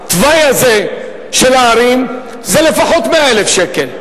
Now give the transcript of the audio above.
בתוואי הזה של ההרים זה לפחות 100,000 שקל.